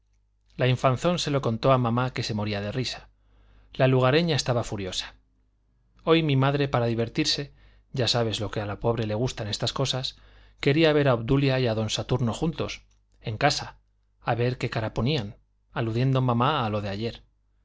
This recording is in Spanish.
la infanzón se lo contó a mamá que se moría de risa la lugareña estaba furiosa hoy mi madre para divertirse ya sabes lo que a la pobre le gustan estas cosas quería ver a obdulia y a don saturno juntos en casa a ver qué cara ponían aludiendo mamá a lo de ayer